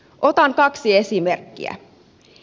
otan kaksi esimerkkiä